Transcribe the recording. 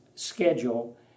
Schedule